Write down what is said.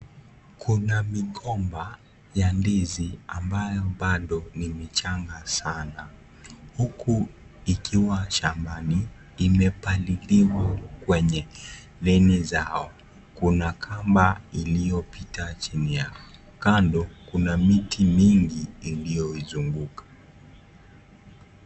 Kuna migomba ya ndizi ambayo bado ni michanga sana huku ikiwa shambani imepaliliwa kwenye laini zao Kuna kamba iliyopita chini yake kando kuna miti mingi iliyozinguka.